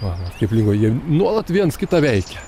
va va kaip lingo jie nuolat viens kitą veikia